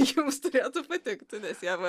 jums turėtų patikti visiems